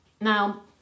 Now